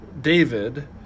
David